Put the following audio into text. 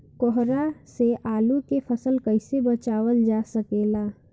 कोहरा से आलू के फसल कईसे बचावल जा सकेला?